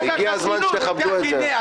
הגיעו הזמן שתכבדו את זה.